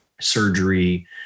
surgery